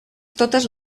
totes